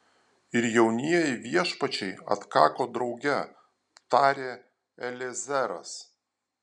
ir jaunieji viešpačiai atkako drauge tarė eliezeras